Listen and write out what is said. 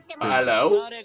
Hello